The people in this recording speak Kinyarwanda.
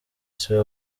siwe